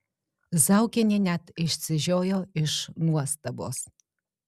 zaukienė net išsižiojo iš nuostabos